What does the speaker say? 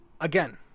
again